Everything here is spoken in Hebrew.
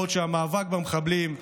בעוד המאבק במחבלים,